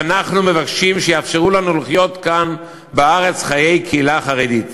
שאנחנו מבקשים שיאפשרו לנו לחיות כאן בארץ חיי קהילה חרדית.